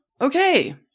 Okay